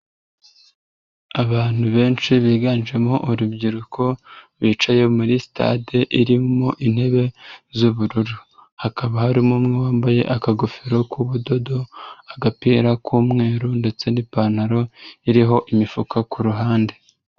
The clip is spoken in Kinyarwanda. Abantu benshi biganjemo urubyiruko bicaye muri stade irimo intebe z'ubururu, hakaba harimo umwe wambaye akagofero k'ubudodo, agapira k'umweru ndetse n'ipantaro iriho imifuka ku ruhande.